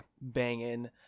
banging